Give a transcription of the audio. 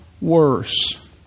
worse